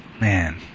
Man